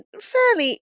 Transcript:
fairly